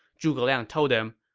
zhuge liang told them,